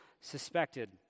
suspected